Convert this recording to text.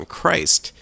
Christ